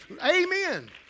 Amen